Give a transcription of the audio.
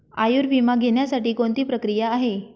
आयुर्विमा घेण्यासाठी कोणती प्रक्रिया आहे?